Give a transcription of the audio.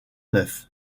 neuf